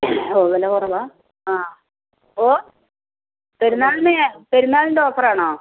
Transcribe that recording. ഓ വില കുറവാ ആ ഓ പെരുന്നാളിന് പെരുന്നാളിന്റെ ഓഫർ ആണോ